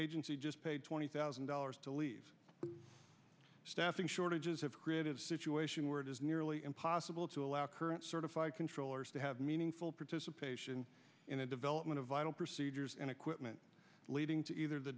agency just paid twenty thousand dollars to leave staffing shortages have created a situation where it is nearly impossible to allow current certified controllers to have meaningful participation in the development of vital procedures and equipment leading to either the